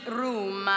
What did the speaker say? room